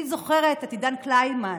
אני זוכרת את עידן קלימן,